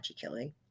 killing